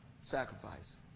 sacrifice